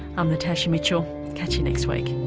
i'm natasha mitchell catch you next week